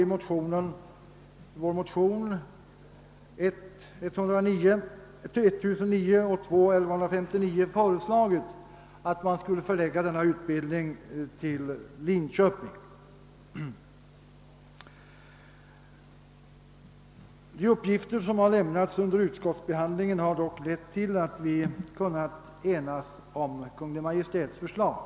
I motionerna I:1009 och II:1159 hade vi föreslagit att denna utbildning skulle förläggas till Linköping. De uppgifter som lämnats under utskottsbehandling en har dock lett till att vi kunnat enas om Kungl. Maj:ts förslag.